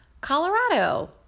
Colorado